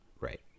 Right